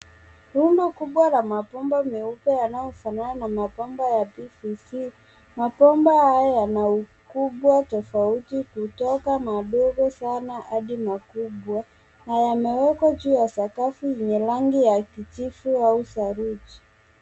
Rundo kubwa la mabomba meupe yanayofanana na mabomba ya PVC. Mabomba haya yana ukubwa tofauti kutoka madogo sana hadi makubwa na yamewekwa juu ya sakafu yenye rangi ya kijivu au saruji.